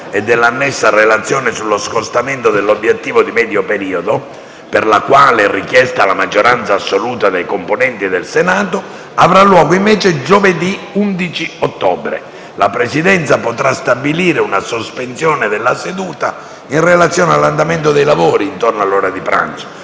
e dell'annessa Relazione sullo scostamento dall'obiettivo di medio periodo - per la quale è richiesta la maggioranza assoluta dei componenti del Senato -avrà luogo giovedì 11 ottobre. La Presidenza potrà stabilire una sospensione della seduta in relazione all'andamento dei lavori. Eventuali emendamenti